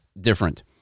different